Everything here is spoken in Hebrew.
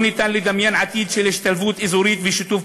לא ניתן לדמיין עתיד של השתלבות אזורית ושיתוף